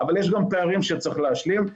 אבל יש גם פערים שצריך להשלים.